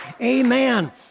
Amen